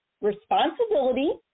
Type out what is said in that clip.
responsibility